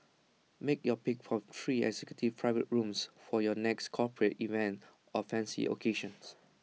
make your pick from three executive private rooms for your next corporate event or fancy occasions